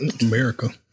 America